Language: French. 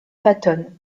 patton